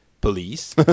police